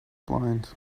blind